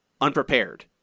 unprepared